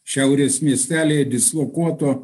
šiaurės miestelyje dislokuoto